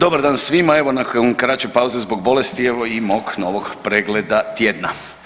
Dobar dan svima, evo nakon kraće pauze zbog bolesti evo i mog novog pregleda tjedna.